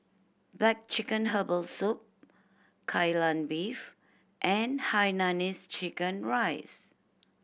black chicken herbal soup Kai Lan Beef and hainanese chicken rice